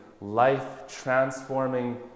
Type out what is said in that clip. life-transforming